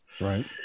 Right